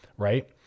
right